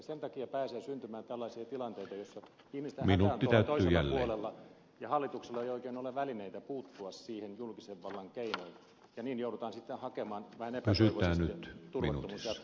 sen takia pääsee syntymään tällaisia tilanteita joissa ihmisten hätä on toisella puolella ja hallituksella ei oikein ole välineitä puuttua siihen julkisen vallan keinoin ja niin joudutaan sitten hakemaan vähän epätoivoisesti turvattomuus jatkuu